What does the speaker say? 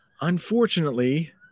Unfortunately